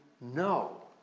no